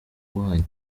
wanyu